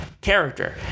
character